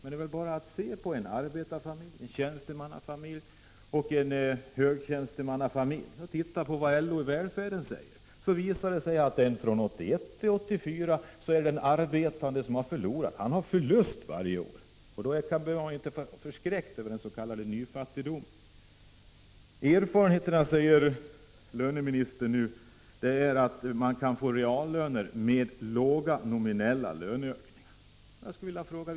Men, det är väl bara att studera vad LO:s utredning om välfärden säger beträffande löneutvecklingen för en arbetarfamilj, en tjänstemannafamilj och en högre tjänstemannafamilj. Det visar sig att det under tiden 1981 till 1984 är arbetarfamiljen som har förlorat. Arbetaren redovisar förlust varje år. Känner man till detta, behöver man inte verka förskräckt över den s.k. nyfattigdomen. Löneministern säger att erfarenheterna visar att man kan få höjda reallöner genom låga nominella löneökningar. Vilka erfarenheter är det?